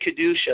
Kedusha